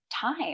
time